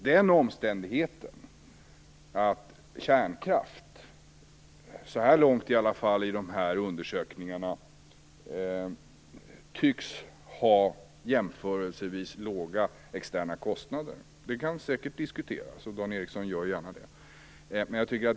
Kärnkraft tycks så här långt enligt dessa undersökningar ha jämförelsevis låga externa kostnader. Detta kan säkert diskuteras, och Dan Ericsson gör gärna det.